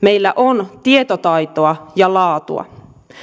meillä on tietotaitoa ja laatua